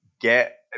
get